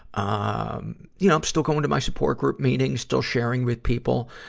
um, you know, still going to my support group meetings, still sharing with people,